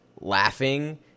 laughing